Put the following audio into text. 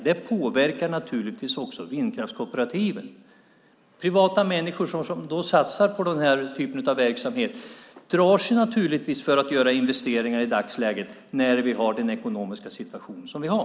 Det påverkar naturligtvis också vindkraftskooperativen. Privatpersoner som satsar på den här typen av verksamhet drar sig för att göra investeringar i dagsläget när vi har den ekonomiska situation vi har.